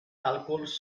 càlculs